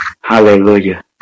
Hallelujah